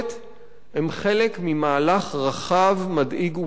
הן חלק ממהלך רחב, מדאיג ומסוכן,